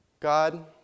God